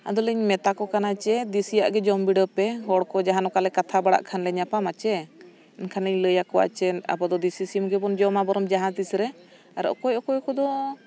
ᱟᱫᱚᱞᱤᱧ ᱢᱮᱛᱟ ᱠᱚ ᱠᱟᱱᱟ ᱪᱮ ᱫᱮᱥᱤᱭᱟᱜ ᱜᱮ ᱡᱚᱢ ᱵᱤᱰᱟᱹᱣᱯᱮ ᱦᱚᱲᱠᱚ ᱡᱟᱦᱟᱸ ᱱᱚᱝᱠᱟᱞᱮ ᱠᱟᱛᱷᱟ ᱵᱟᱲᱟᱜ ᱠᱷᱟᱱᱞᱮ ᱧᱟᱯᱟᱢᱟ ᱪᱮ ᱮᱱᱠᱷᱟᱱ ᱤᱧ ᱞᱟᱹᱭᱟᱠᱚᱣᱟ ᱪᱮ ᱟᱵᱚᱫᱚ ᱫᱮᱥᱤ ᱥᱤᱢ ᱜᱮᱵᱚᱱ ᱡᱚᱢᱟ ᱵᱚᱨᱚᱱ ᱡᱟᱦᱟᱸ ᱛᱤᱥᱨᱮ ᱟᱨ ᱚᱠᱚᱭ ᱚᱠᱚᱭ ᱠᱚᱫᱚ